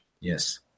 Yes